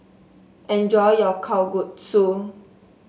enjoy your Kalguksu